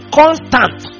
constant